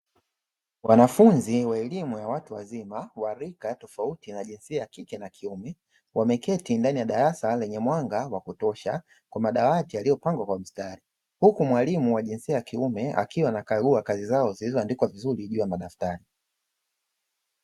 Wanafunzi wa elimu ya watu wazima wa rika tofauti na jinsia ya kike na kiume, wameketi ndani ya darasa lenye mwanga wa kutosha kwa madawati yaliyopangwa kwa mstari, huku mwalimu wa jinsia ya kiume akiwa anakagua kazi zao zilizoandikwa vizuri juu ya madaftari.